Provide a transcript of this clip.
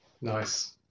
Nice